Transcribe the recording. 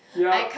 yup